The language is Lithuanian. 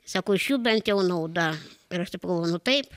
sako iš jų bent jau nauda ir aš taip pagalvojau nu taip